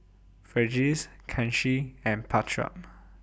Verghese Kanshi and Pratap